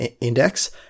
index